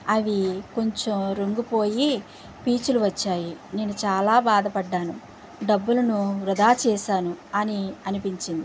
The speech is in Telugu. అవి కొంచెం రంగు పోయి పీచులు వచ్చాయి నేను చాలా బాధపడ్డాను డబ్బులను వృధా చేశాను అని అనిపించింది